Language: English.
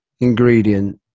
ingredient